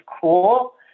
cool